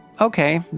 okay